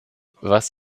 was